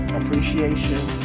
appreciation